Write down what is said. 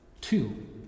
Two